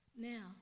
Now